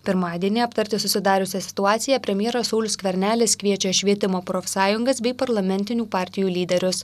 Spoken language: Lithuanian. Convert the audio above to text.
pirmadienį aptarti susidariusią situaciją premjeras saulius skvernelis kviečia švietimo profsąjungas bei parlamentinių partijų lyderius